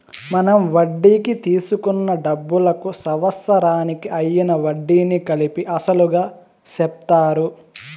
మనం వడ్డీకి తీసుకున్న డబ్బులకు సంవత్సరానికి అయ్యిన వడ్డీని కలిపి అసలుగా చెప్తారు